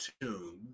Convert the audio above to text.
tune